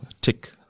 tick